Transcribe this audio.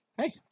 hey